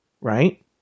right